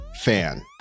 Fan